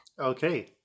Okay